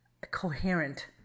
coherent